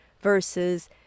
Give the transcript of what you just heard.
versus